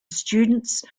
students